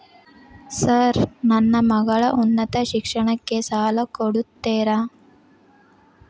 Sir ನನ್ನ ಮಗಳ ಉನ್ನತ ಶಿಕ್ಷಣಕ್ಕೆ ಸಾಲ ಕೊಡುತ್ತೇರಾ?